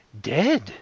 dead